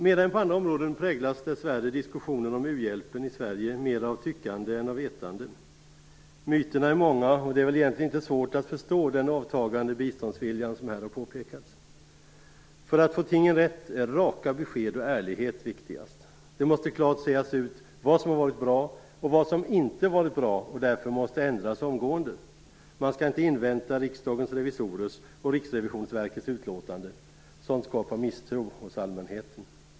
Mer än andra områden präglas dessvärre diskussionen om u-hjälpen i Sverige av tyckande snarare än av vetande. Myterna är många, och det är väl egentligen inte svårt att förstå den avtagande biståndsvilja som här har påpekats. För att få tingen rätt är raka besked och ärlighet viktigast. Det måste klart sägas ut vad som har varit bra och vad som inte har varit bra och som därför måste ändras omgående. Man skall inte invänta Riksdagens revisorers och Riksrevisionsverkets utlåtande. Sådant skapar misstro hos allmänheten.